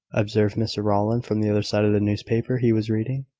observed mr rowland from the other side of the newspaper he was reading.